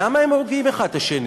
למה הם הורגים אחד את השני?